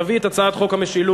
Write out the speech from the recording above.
תביא את הצעת חוק המשילות,